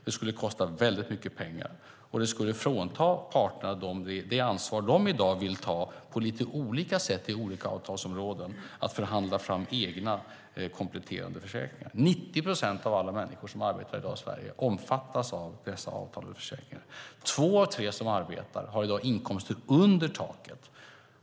Det skulle kosta väldigt mycket pengar, och det skulle frånta parterna det ansvar de i dag vill ta på lite olika sätt på olika avtalsområden att förhandla fram egna kompletterande försäkringar. 90 procent av alla människor som arbetar i dag i Sverige omfattas av dessa avtalade försäkringar. Två av tre som arbetar har i dag inkomster under taket.